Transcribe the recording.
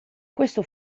questo